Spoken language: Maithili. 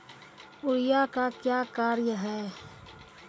यूरिया का क्या कार्य हैं?